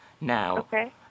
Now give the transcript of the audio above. Now